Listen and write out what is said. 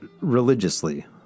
religiously